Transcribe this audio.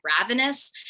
ravenous